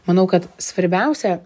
manau kad svarbiausia